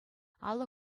алӑ